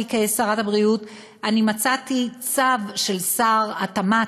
כשרת הבריאות אני מצאתי צו של שר התמ"ת,